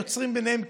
יוצרים ביניהם קשרים,